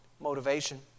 motivation